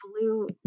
blue